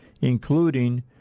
including